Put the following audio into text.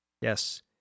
Yes